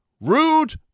Rude